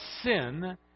sin